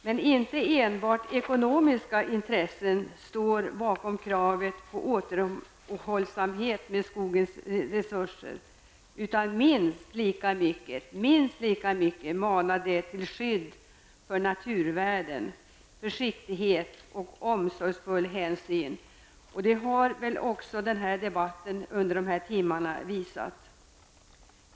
Men inte enbart ekonomiska intressen står bakom kravet på återhållsamhet med skogens resurser, utan det manar minst lika mycket till skydd för naturvärden, försiktighet och omsorgsfull hänsyn. Och det har väl också debatten under de här timmarna visat.